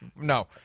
No